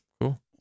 Cool